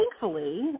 thankfully